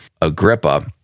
Agrippa